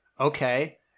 Okay